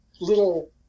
little